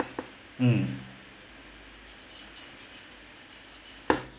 um